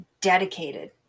dedicated